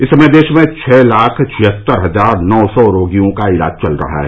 इस समय देश में छह लाख छिहत्तर हजार नौ सौ रोगियों का इलाज चल रहा है